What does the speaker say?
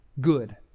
good